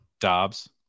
Dobbs